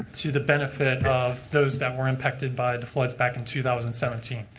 to the benefit of those that were impacted by the floods back in two thousand, seventeen.